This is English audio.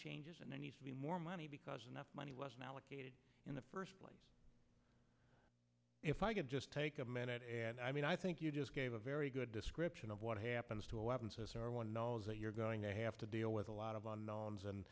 changes and they need to be more money because enough money wasn't allocated in the first place if i could just take a minute and i mean i think you just gave a very good description of what happens to a weapon or one knows that you're going to have to deal with a lot of unknowns and